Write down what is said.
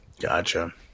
Gotcha